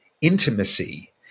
intimacy